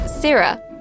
Sarah